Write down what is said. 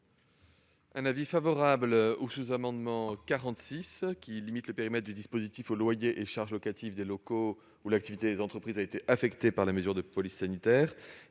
est favorable au sous-amendement n° 46, qui vise à limiter le périmètre du dispositif aux loyers et charges locatives des locaux où l'activité des entreprises a été affectée par les mesures de police sanitaire.